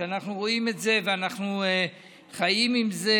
אנחנו רואים את זה ואנחנו חיים עם זה,